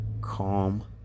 calm